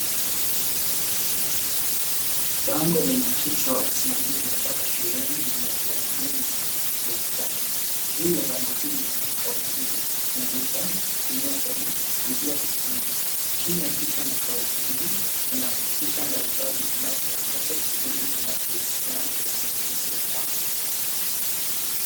Bango lenye kichwa usimamizi wa taka shuleni na majirani zetu limebandikwa ukutani. Juu ya bango hili kuna kauli mbiu punguza, tumia tena, rudia kutumia. Chini ya kichwa na kauli mbiu kuna picha mbalimbali zinazoonyesha shughuli zinazohusiana na usimamizi wa taka.